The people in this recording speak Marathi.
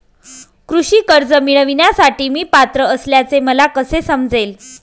कृषी कर्ज मिळविण्यासाठी मी पात्र असल्याचे मला कसे समजेल?